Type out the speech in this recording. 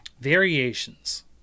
Variations